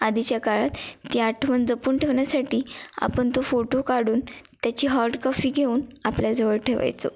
आधीच्या काळात ती आठवण जपून ठेवण्यासाठी आपण तो फोटो काढून त्याची हॉड कॉफी घेऊन आपल्याजवळ ठेवायचो